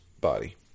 body